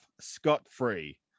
scot-free